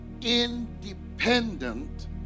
independent